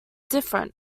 different